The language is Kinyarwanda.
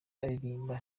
aririmba